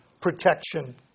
protection